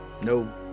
no